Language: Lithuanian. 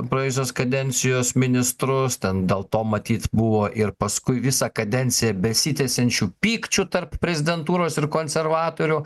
praėjusios kadencijos ministrus ten dėl to matyt buvo ir paskui visą kadenciją besitęsiančių pykčių tarp prezidentūros ir konservatorių